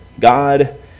God